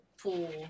pool